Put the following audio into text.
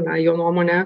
na jo nuomone